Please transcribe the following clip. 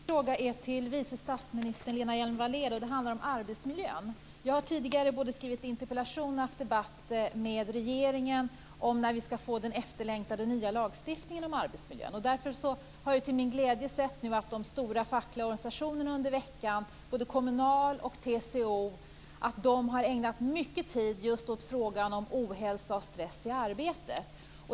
Fru talman! Min fråga är till vice statsminister Lena Hjelm-Wallén och den handlar om arbetsmiljön. Jag har tidigare både skrivit interpellation och haft debatt med regeringen om när vi ska få den efterlängtade nya lagstiftningen om arbetsmiljön. Jag har nu till min glädje sett att de stora fackliga organisationerna under veckan, både Kommunal och TCO, har ägnat mycket tid just åt frågan om ohälsa och stress i arbetet.